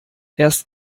erst